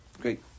Great